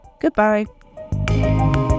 goodbye